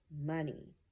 money